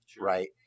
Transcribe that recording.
right